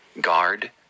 guard